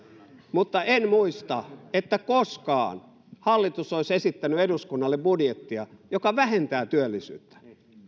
mutta en muista että koskaan hallitus olisi esittänyt eduskunnalle budjettia joka vähentää työllisyyttä